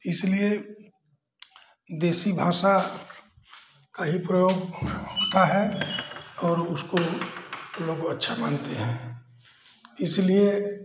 इसलिए देशी भाषा का ही प्रयोग होता है और उसको लोग अच्छा मानते हैं इसलिए